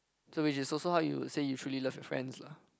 so which is also how you say you truly love your friends lah